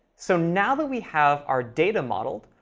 so now that we have our data model,